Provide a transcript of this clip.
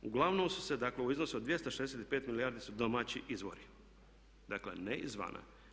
A uglavnom su se dakle u iznosu od 265 milijardi su domaći izvori, dakle ne iz vana.